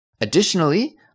Additionally